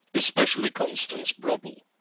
especially constance broddle.